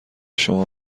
شما